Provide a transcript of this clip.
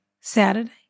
Saturday